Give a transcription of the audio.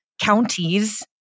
counties